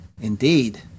indeed